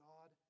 God